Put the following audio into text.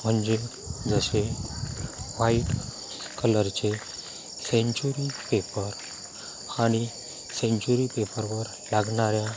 म्हणजे जसे व्हाईट कलरचे सेंच्युरी पेपर आणि सेंच्युरी पेपरवर लागणाऱ्या